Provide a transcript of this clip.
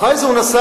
אחרי זה הוא נסע